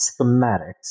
schematics